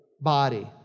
body